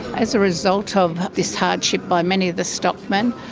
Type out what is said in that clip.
as a result of this hardship by many the stockmen,